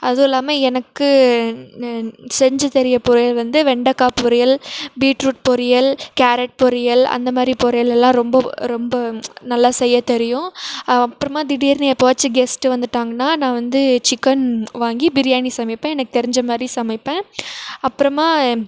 அதுவும் இல்லாமல் எனக்கு ந செஞ்ச தெரிய பொரியல் வந்து வெண்டைக்கா பொரியல் பீட்ரூட் பொரியல் கேரட் பொரியல் அந்த மாதிரி பொரியலெல்லாம் ரொம்ப ரொம்ப நல்லா செய்யத் தெரியும் அப்புறமா திடீரென்னு எப்பவாச்சும் கெஸ்ட்டு வந்துவிட்டாங்கன்னா நான் வந்து சிக்கன் வாங்கி பிரியாணி சமைப்பேன் எனக்கு தெரிஞ்ச மாதிரி சமைப்பேன் அப்புறமா